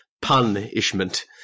Punishment